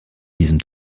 diesem